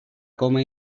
coma